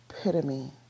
epitome